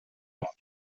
mit